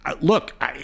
look